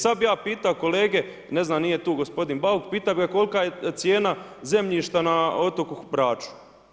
Sad bih ja pitao kolege, ne znam, nije tu gospodin Bauk, pitao bih ga kolika je cijena zemljišta na otoku Braču?